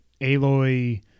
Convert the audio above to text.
Aloy